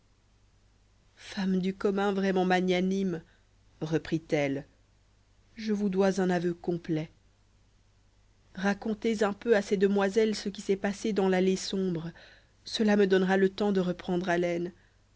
femme du commun vraiment magnanime reprit-elle je vous dois un aveu complet racontez un peu à ces demoiselles ce qui s'est passé dans l'allée sombre cela me donnera le temps de reprendre haleine